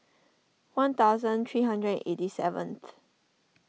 one thousand three hundred and eighty seventh